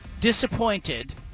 disappointed